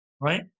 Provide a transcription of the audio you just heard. right